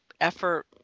effort